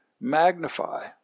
magnify